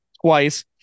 twice